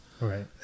Right